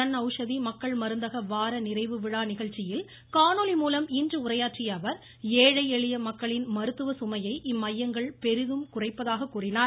ஜன் அவுஷதி மக்கள் மருந்தக வார நிறைவு விழா நிகழ்ச்சியில் காணொலி மூலம் இன்று உரையாற்றிய அவர் ஏழை எளிய மக்களின் மருத்துவ சுமையை இம்மையங்கள் பெரிதும் குறைப்பதாக கூறினார்